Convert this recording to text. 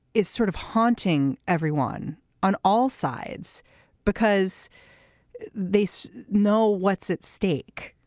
it's sort of haunting everyone on all sides because they so know what's at stake